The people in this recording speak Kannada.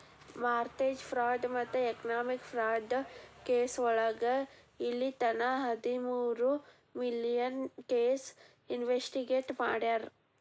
ಮಾರ್ಟೆಜ ಫ್ರಾಡ್ ಮತ್ತ ಎಕನಾಮಿಕ್ ಫ್ರಾಡ್ ಕೆಸೋಳಗ ಇಲ್ಲಿತನ ಹದಮೂರು ಮಿಲಿಯನ್ ಕೇಸ್ ಇನ್ವೆಸ್ಟಿಗೇಟ್ ಮಾಡ್ಯಾರ